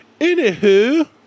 Anywho